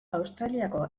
australiako